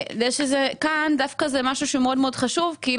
זה שזה כאן זה דווקא משהו מאוד חשוב; אנחנו